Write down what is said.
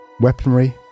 weaponry